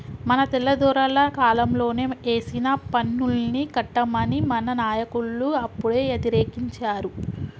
మన తెల్లదొరల కాలంలోనే ఏసిన పన్నుల్ని కట్టమని మన నాయకులు అప్పుడే యతిరేకించారు